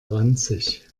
ranzig